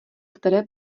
které